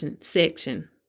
section